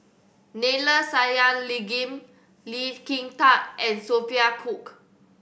Neila Sathyalingam Lee Kin Tat and Sophia Cooke